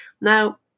Now